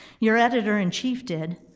your editor in chief did.